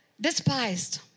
Despised